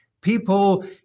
people